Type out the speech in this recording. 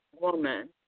woman